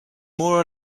more